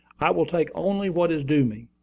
i will take only what is due me.